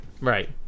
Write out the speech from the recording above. right